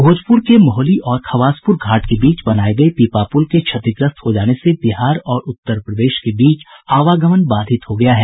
भोजपुर के महुली और खवासपुर घाट के बीच बनाये गये पीपापुल के क्षतिग्रस्त हो जाने से बिहार और उत्तर प्रदेश के बीच आवागमन बाधित हो गया है